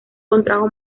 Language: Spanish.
contrajo